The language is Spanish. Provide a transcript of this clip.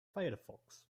firefox